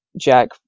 Jack